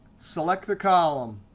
select the column,